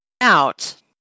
out